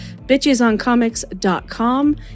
Bitchesoncomics.com